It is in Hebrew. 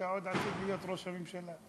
עוד עלול להיות ראש הממשלה.